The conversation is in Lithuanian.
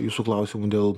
jūsų klausimu dėl